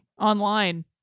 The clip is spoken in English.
online